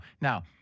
Now